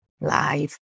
life